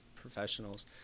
professionals